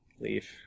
leave